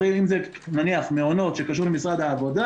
אם זה נניח מעונות, שזה קשור למשרד העבודה